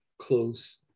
close